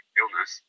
illness